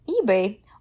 ebay